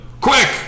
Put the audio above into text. Quick